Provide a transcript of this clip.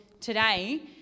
today